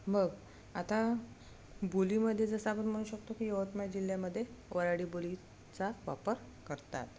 मग आता बोलीमध्ये जसं आपण म्हणू शकतो की यवतमाळ जिल्ह्यामध्ये वराडी बोलीचा वापर करतात